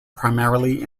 primarily